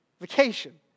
Vacation